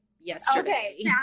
yesterday